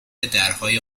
درهای